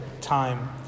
time